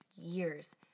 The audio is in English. years